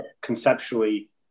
conceptually